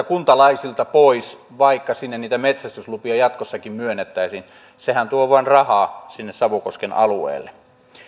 kuntalaisilta pois vaikka sinne niitä metsästyslupia jatkossakin myönnettäisiin sehän tuo vain rahaa sinne savukosken alueelle